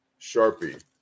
Sharpie